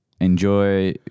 enjoy